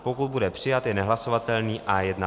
Pokud bude přijat, je nehlasovatelný A1.50.